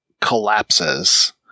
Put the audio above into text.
collapses